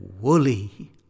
woolly